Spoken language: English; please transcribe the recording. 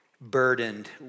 burdened